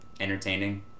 entertaining